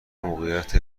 موقعیت